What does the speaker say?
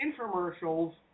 infomercials